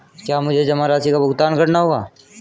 क्या मुझे जमा राशि का भुगतान करना होगा?